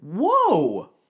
Whoa